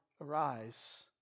arise